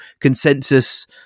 consensus